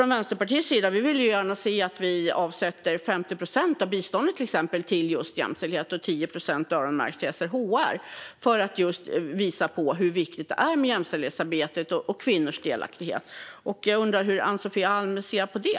Vi i Vänsterpartiet ser ju gärna att Sverige till exempel avsätter 50 procent av biståndet till jämställdhet och 10 procent öronmärkt till SRHR för att visa hur viktigt jämställdhetsarbetet och kvinnors delaktighet är. Jag undrar hur Ann-Sofie Alm ser på det.